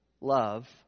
love